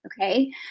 Okay